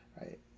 right